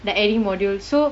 add~ adding modules so